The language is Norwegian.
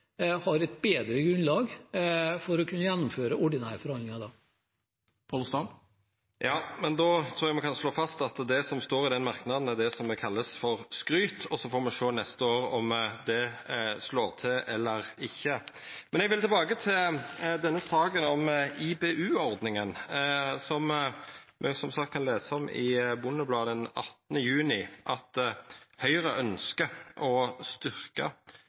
har et bedre grunnlag for å kunne gjennomføre ordinære forhandlinger om et år. Då trur eg me kan slå fast at det som står i den merknaden, er det som vert kalla skryt, og så får me sjå neste år om det slår til eller ikkje. Men eg vil tilbake til denne saka om IBU-ordninga, som me som sagt kan lesa om i Bondebladet den 18. juni – at Høgre ønskjer å